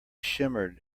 shimmered